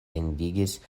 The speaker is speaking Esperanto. indignis